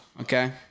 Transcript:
Okay